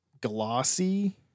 glossy